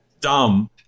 Dumb